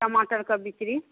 टमाटर का बिक्री